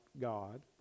God